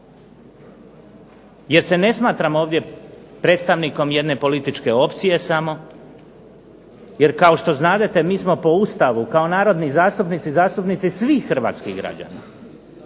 Jer se ne smatram ovdje predstavnikom jedne političke opcije samo. Jer kao što znadete mi smo po Ustavu kao narodni zastupnici, zastupnici svih hrvatskih građana,